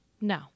No